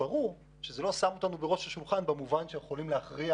ברור שזה לא שם אותנו בראש השולחן במובן שאנחנו יכולים להכריע